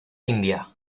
india